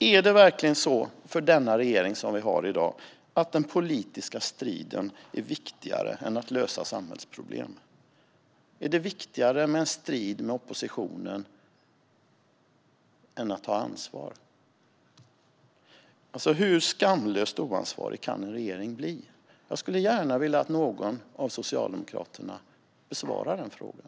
Är politisk strid viktigare för regeringen än att lösa samhällsproblem? Är en strid med oppositionen viktigare än att ta ansvar? Hur skamlöst oansvarig kan en regering bli? Jag ser gärna att någon av socialdemokraterna besvarar dessa frågor.